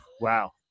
Wow